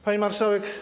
Pani Marszałek!